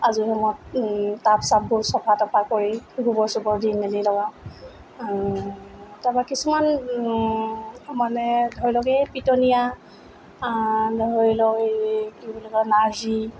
আজৰি সময়ত টাব চাববোৰ চফা তফা কৰি গোবৰ চোবৰ দি মেলি লগাওঁ তাৰপৰা কিছুমান মানে ধৰি লওক এই পিটনিয়া ধৰি লওক এই কি বুলি কয় নাৰ্জী